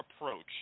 approach –